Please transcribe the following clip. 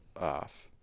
off